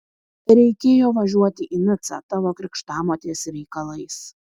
reikėjo važiuoti į nicą tavo krikštamotės reikalais